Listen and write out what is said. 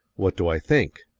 what do i think?